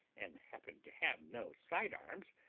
and happened to have no side-arms,